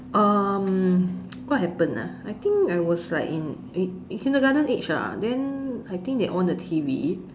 um what happened ah I think I was like in in kindergarten age ah then I think they on the T_V